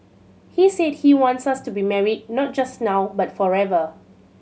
he said he wants us to be married not just now but forever